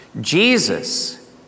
Jesus